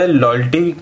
loyalty